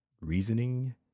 Reasoning